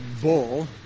bull